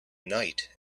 night